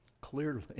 clearly